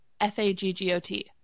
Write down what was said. F-A-G-G-O-T